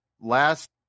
last